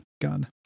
gun